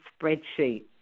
spreadsheet